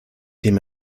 dem